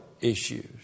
issues